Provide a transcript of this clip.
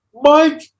Mike